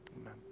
Amen